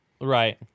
right